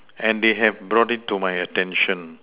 and they have brought it to my attention